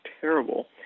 terrible